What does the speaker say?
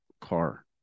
car